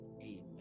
Amen